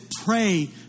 pray